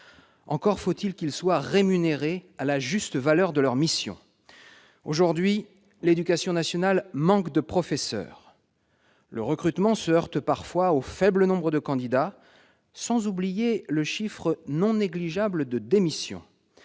Encore faut-il que ceux-ci soient rémunérés à la juste valeur de leur mission. Aujourd'hui, l'éducation nationale manque de professeurs. Le recrutement se heurte parfois au faible nombre de candidats, sans oublier le chiffre non négligeable de démissions.